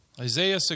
Isaiah